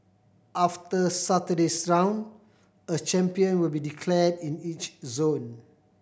after Saturday's round a champion will be declared in each zone